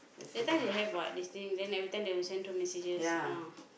that time they have what yesterday then everytime they will send through messages ah